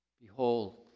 Behold